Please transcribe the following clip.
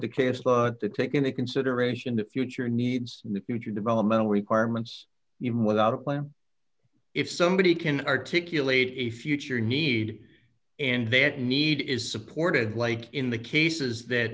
the case but the take into consideration the future needs in the future developmental requirements even without a plan if somebody can articulate a future need and they it need is supported like in the cases that